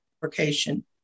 fabrication